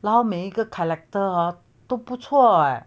然后每一个 character 都不错诶